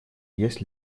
есть